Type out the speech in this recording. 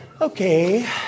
Okay